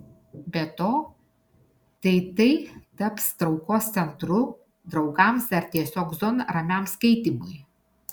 be to tai tai taps traukos centru draugams ar tiesiog zona ramiam skaitymui